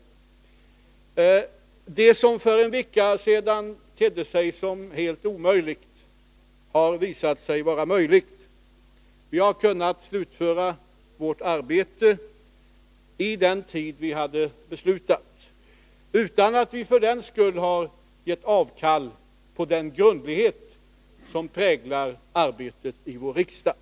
Det som för en vecka sedan tedde sig som helt omöjligt har visat sig vara möjligt: Vi har kunnat slutföra vårt arbete inom den tid vi hade beslutat, utan att vi för den skull har gjort avkall på den grundlighet som präglar arbetet i riksdagen.